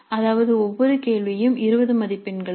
அதாவது ஒவ்வொரு கேள்வியும் 20 மதிப்பெண்களுக்கு